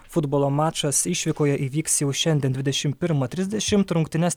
futbolo mačas išvykoje įvyks jau šiandien dvidešimt pirmą trisdešimt rungtynes